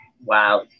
wow